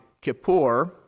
Kippur